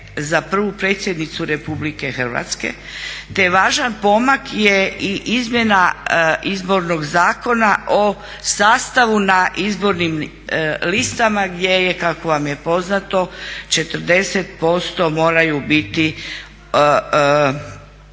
za prvu predsjednicu Republike Hrvatske. Te važan pomak je i izmjena Izbornog zakona o sastavu na izbornim listama gdje je kako vam je poznato 40% moraju biti